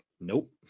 Nope